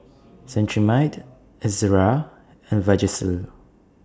Cetrimide Ezerra and Vagisil